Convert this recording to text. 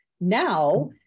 now